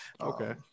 okay